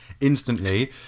instantly